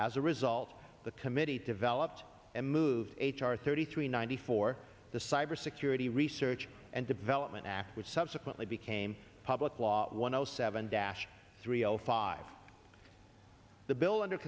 as a result the committee developed and moved h r thirty three ninety four the cybersecurity research and development act which subsequently became public law one o seven dash three o five the bill under